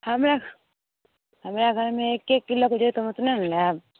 हम्मे हमरा घरमे एक्के किलोके जरूरत हइ तऽ हम ओतने ने लेब